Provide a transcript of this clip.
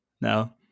No